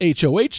HOH